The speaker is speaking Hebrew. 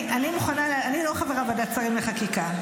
אני לא חברה בוועדת השרים לחקיקה,